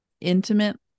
intimate